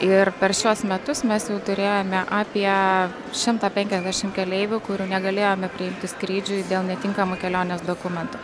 ir per šiuos metus mes jau turėjome apie šimtą penkiasdešim keleivių kurių negalėjome priimti skrydžiui dėl netinkamų kelionės dokumentų